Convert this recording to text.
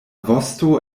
vosto